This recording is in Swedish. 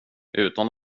utan